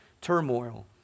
turmoil